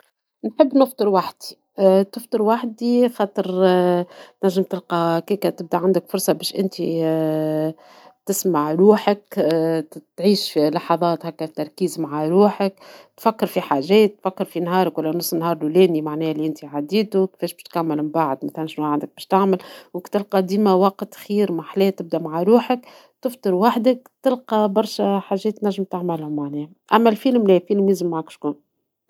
نحب نفطر وحدي ، تفطر وحدي خاطر تنجم تلقى هكاكا تبدى عندك فرصة باش انتي تسمع لروحك ، تعيش لحظات تركيز مع روحك ، تفكر في حاجات ، تفكر في نهارك ولا نص نهار لولاني لي أنت تعديتو ، باش تكمل من بعد مثلا وش عندك تعمل ، وتلقى ديما وقت خير محلاه تبدى مع روحك ، تفطر وحدك تلقى برشا حاجات تنجم تعملهم أما القيلم لا لازم معاك شكون.